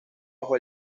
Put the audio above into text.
bajo